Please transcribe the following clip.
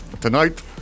tonight